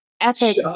epic